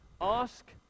ask